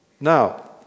Now